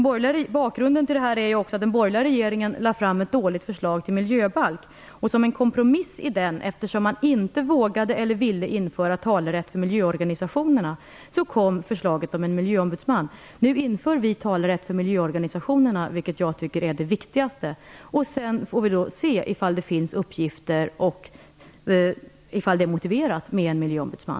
Bakgrunden till detta är att den borgerliga regeringen lade fram ett dåligt förslag till miljöbalk. Som en kompromiss i den, eftersom man inte vågade eller ville införa talerätt för miljöorganisationerna, kom förslaget om en miljöombudsman. Nu inför vi talerätt för miljöorganisationerna, vilket jag tycker är det viktigaste. Sedan får vi se om det finns uppgifter och om det är motiverat med en miljöombudsman.